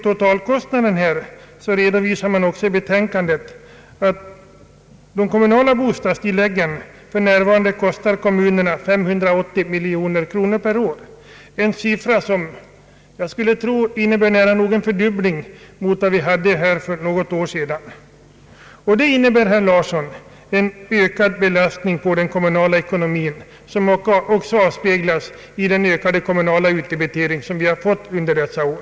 Total kostnaden för de kommunala bostadstilläggen redovisas också i utlåtandet — för närvarande kostar de kommunerna 580 miljoner kronor per år, en siffra som jag skulle tro innebär nära nog en fördubbling av kostnaderna för något år sedan. Detta betyder, herr Larsson, en ökad belastning på den kommunala ekonomin, som också avspeglas i den ökade kommunala utdebiteringen under dessa år.